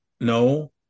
No